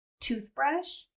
toothbrush